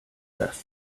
vest